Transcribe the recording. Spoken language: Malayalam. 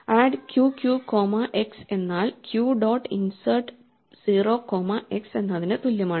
ആഡ് qq കോമാ x എന്നാൽ q dot insert 0 comma x എന്നതിന് തുല്യമാണ്